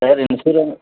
sir insure